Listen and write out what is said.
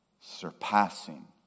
surpassing